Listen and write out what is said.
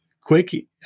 quick